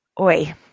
Oi